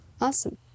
Awesome